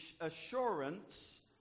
assurance